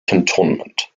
cantonment